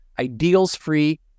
ideals-free